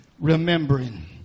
remembering